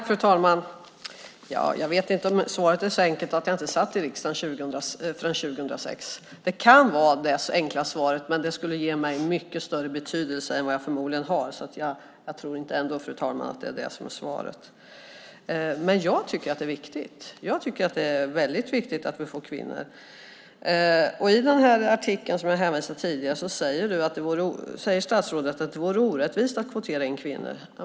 Fru talman! Svaret är kanske så enkelt att det är att jag inte satt i riksdagen före 2006. Det kan vara det enkla svaret, men det skulle ge mig mycket större betydelse än jag förmodligen har. Jag tror nog ändå inte att det är det som är svaret. Jag tycker att det är väldigt viktigt att vi får in kvinnor. I artikeln som jag hänvisade till tidigare säger statsrådet att det vore orättvist att kvotera in kvinnor.